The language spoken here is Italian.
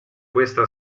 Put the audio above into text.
questa